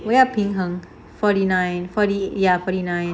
我要平衡 forty nine forty ya forty nine